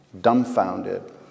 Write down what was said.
dumbfounded